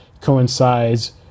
coincides